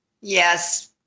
Yes